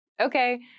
Okay